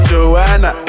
Joanna